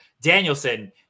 Danielson